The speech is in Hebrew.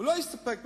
הוא לא הסתפק ב-95%.